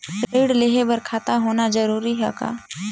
ऋण लेहे बर खाता होना जरूरी ह का?